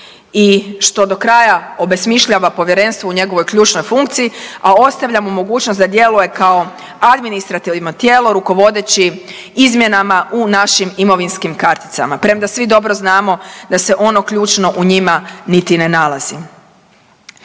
i što do kraja obesmišljava povjerenstvo u njegovoj ključnoj funkciji, a ostavlja mu mogućnost da djeluje kao administrativno tijelo rukovodeći izmjenama u našim imovinskim karticama. Premda svi dobro znamo da se ono ključno u njima niti ne nalazi.